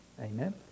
Amen